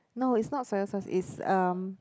no is not soya sauce is um